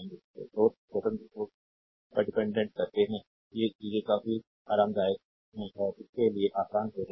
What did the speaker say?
तो सोर्स स्वतंत्र सोर्स पर डिपेंडेंट करते हैं ये चीजें काफी आरामदायक हैं और इसके लिए आसान हो जाएगा